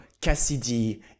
Cassidy